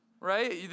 right